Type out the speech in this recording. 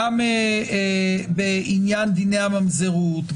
גם בעניין דיני הממזרות,